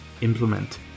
implement